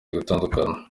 gutandukana